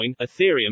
Ethereum